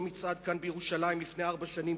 לרבות אותו מצעד כאן בירושלים לפני ארבע שנים,